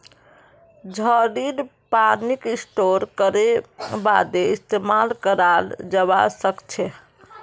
झड़ीर पानीक स्टोर करे बादे इस्तेमाल कराल जबा सखछे